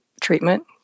treatment